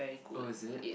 oh is it